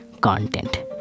content